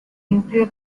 nuclear